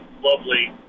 lovely